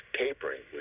tapering